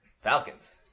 Falcons